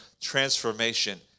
transformation